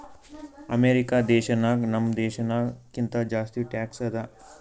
America ದೇಶನಾಗ್ ನಮ್ ದೇಶನಾಗ್ ಕಿಂತಾ ಜಾಸ್ತಿ ಟ್ಯಾಕ್ಸ್ ಅದಾ